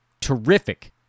terrific